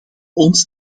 ons